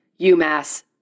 UMass